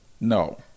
No